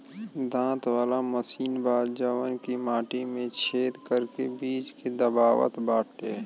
दांत वाला मशीन बा जवन की माटी में छेद करके बीज के दबावत बाटे